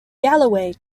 galloway